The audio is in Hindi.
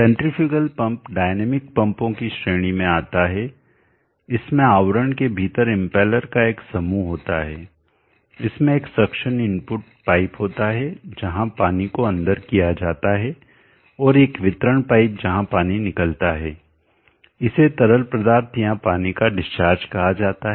सेंट्रीफ्यूगल पंप डायनामिक पंपों की श्रेणी में आता है इसमें आवरण के भीतर इम्पेलर का एक समूह होता है इसमें एक सक्शन इनपुट पाइप होता है जहां पानी को अन्दर किया जाता है और एक वितरण पाइप जहां पानी निकलता है इसे तरल पदार्थ या पानी का डिस्चार्ज कहा जाता है